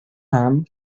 ham